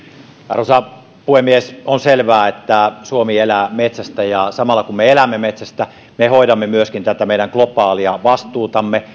arvoisa puhemies on selvää että suomi elää metsästä ja samalla kun me elämme metsästä me hoidamme myöskin tätä meidän globaalia vastuutamme